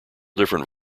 different